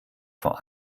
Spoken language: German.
vor